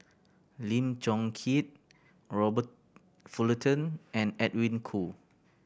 Lim Chong Keat Robert Fullerton and Edwin Koo